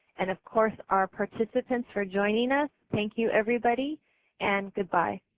and of course our participants for joining us thank you everybody and good bye.